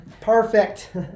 Perfect